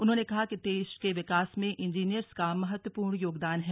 उन्होंने कहा कि देश के विकास में इंजीनियर्स का महत्वपूर्ण योगदान है